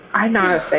i'm not